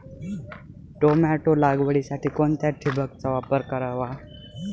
Tomato लागवडीसाठी कोणत्या ठिबकचा वापर करावा?